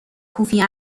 کوفی